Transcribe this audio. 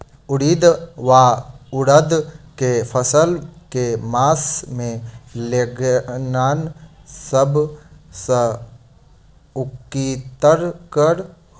उड़ीद वा उड़द केँ फसल केँ मास मे लगेनाय सब सऽ उकीतगर हेतै?